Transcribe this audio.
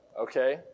okay